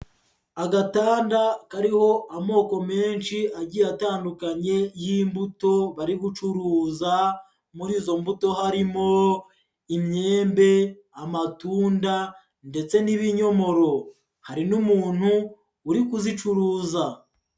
Agatanda kariho amoko menshi agiye atandukanye y'imbuto bari gucuruza, muri izo mbuto harimo imyembe, amatunda ndetse n'ibinyomoro, hari n'umuntu uri kuzicuruza.